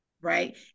right